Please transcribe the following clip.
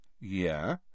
Yeah